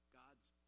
god's